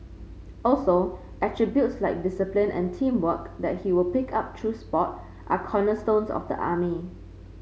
also attributes like discipline and teamwork that he will pick up through sport are cornerstones of the army